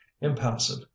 impassive